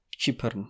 cheaper